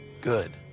Good